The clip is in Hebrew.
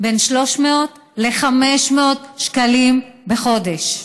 בין 300 ל-500 שקלים בחודש.